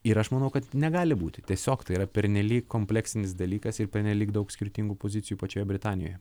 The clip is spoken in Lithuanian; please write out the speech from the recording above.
ir aš manau kad negali būti tiesiog tai yra pernelyg kompleksinis dalykas ir pernelyg daug skirtingų pozicijų pačioje britanijoje